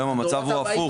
היום המצב הוא הפוך.